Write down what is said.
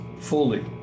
fully